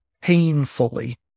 painfully